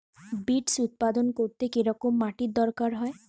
Beets উৎপাদন করতে কেরম মাটির দরকার হয়?